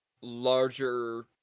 Larger